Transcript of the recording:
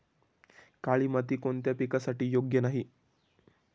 काळी माती कोणत्या पिकासाठी योग्य नाही?